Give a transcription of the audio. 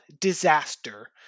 disaster